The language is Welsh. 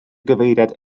gyfeiriad